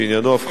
שעניינו הפחתה,